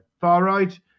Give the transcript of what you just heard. Far-right